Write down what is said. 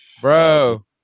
Bro